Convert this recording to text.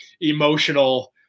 emotional